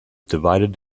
divided